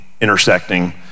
intersecting